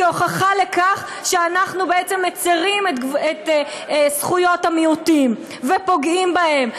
כהוכחה לכך שאנחנו בעצם מצרים את זכויות המיעוטים ופוגעים בהם.